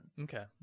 Okay